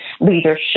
leadership